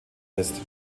ist